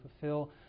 fulfill